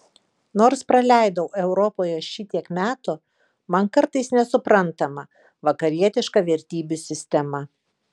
nors praleidau europoje šitiek metų man kartais nesuprantama vakarietiška vertybių sistema